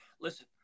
listen